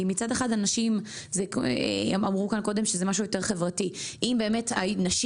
כי מצד אחד אמרו כאן קודם שזה משהו יותר חברתי אם באמת הנשים